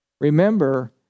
Remember